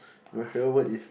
my favourite word is